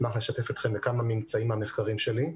ואשמח לשתף אתכם בכמה ממצאים מן המחקרים שלי.